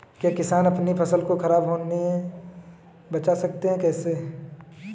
क्या किसान अपनी फसल को खराब होने बचा सकते हैं कैसे?